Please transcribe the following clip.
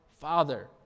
Father